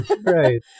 Right